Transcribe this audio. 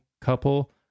couple